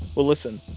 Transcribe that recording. well, listen,